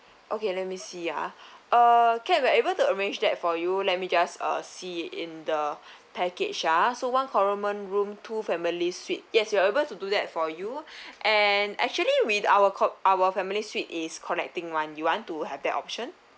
okay let me see ah uh can we're able to arrange that for you let me just uh see in the package uh so one common room two family suites yes we are able to do that for you and actually we our co~ our family suite is connecting one you want to have that option